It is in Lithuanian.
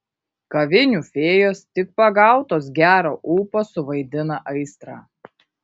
kavinių fėjos tik pagautos gero ūpo suvaidina aistrą